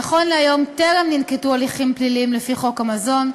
נכון להיום טרם ננקטו הליכים פליליים לפי חוק המזון.